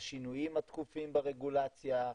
השינויים התכופים ברגולציה,